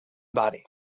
body